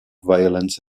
violence